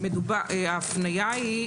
ההפניה היא,